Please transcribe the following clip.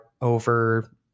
over